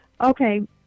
Okay